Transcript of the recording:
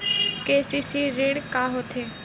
KCC ऋण का होथे?